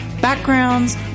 backgrounds